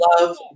love